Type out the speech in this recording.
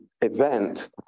event